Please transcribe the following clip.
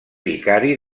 vicari